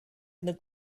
and